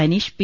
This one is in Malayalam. അനീഷ് പി